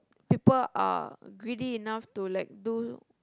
people are greedy enough to like do